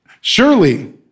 surely